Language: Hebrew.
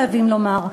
חייבים לומר,